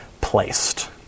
placed